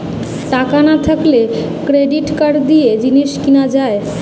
টাকা না থাকলে ক্রেডিট কার্ড দিয়ে জিনিস কিনা যায়